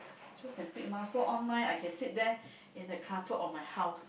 choose and pick ma so online I can sit there in the comfort of my house